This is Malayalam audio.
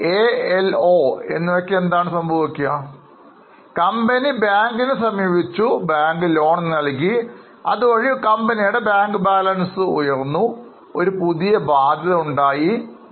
നിങ്ങളിൽ ഭൂരിഭാഗവും ഇത് ശരിയായിത്തന്നെ ചിന്തിച്ചു എന്ന് ഞാൻ കരുതുന്നു കാരണം കമ്പനി ബാങ്കിനെ സമീപിച്ചപ്പോൾ ബാങ്ക് ലോൺ നൽകുകയും അതുവഴി ബാങ്ക് ബാലൻസ് ഉയരുകയും അതുവഴി പുതിയ ബാധ്യത ഉണ്ടാവുകയും ചെയ്തു